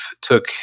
took